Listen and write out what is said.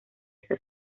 esa